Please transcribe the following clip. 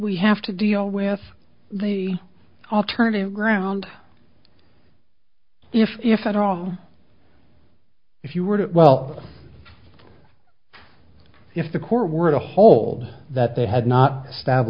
we have to deal with the alternative ground if if at all if you were well if the court were to hold that they had not stab